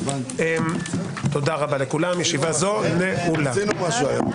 ישיבה זו נעולה.